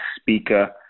speaker